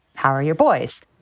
how are your boys?